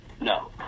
No